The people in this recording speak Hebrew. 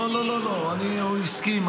לא לא לא לא, הוא הסכים.